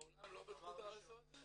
בעולם לא בדקו את ה-RSO הזה?